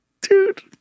Dude